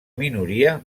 minoria